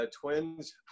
twins